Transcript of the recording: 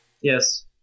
Yes